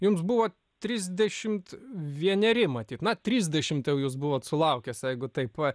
jums buvo trisdešimt vieneri matyt na trisdešimt jau jūs buvot sulaukęs jeigu taip va